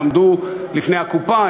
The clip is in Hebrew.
עמדו לפני הקופה,